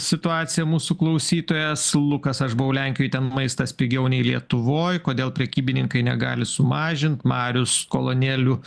situaciją mūsų klausytojas lukas aš buvau lenkijoj ten maistas pigiau nei lietuvoj kodėl prekybininkai negali sumažint marius kolonėlių